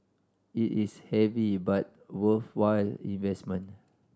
it is heavy but worthwhile investment